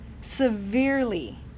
severely